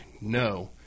no